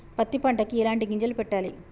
పత్తి పంటకి ఎలాంటి గింజలు పెట్టాలి?